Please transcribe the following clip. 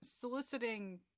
soliciting